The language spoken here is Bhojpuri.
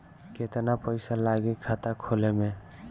केतना पइसा लागी खाता खोले में?